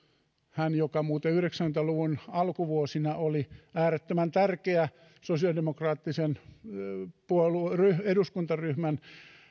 hän joka muuten yhdeksänkymmentä luvun alkuvuosina oli äärettömän tärkeä sosiaalidemokraattisen eduskuntaryhmän